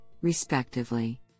respectively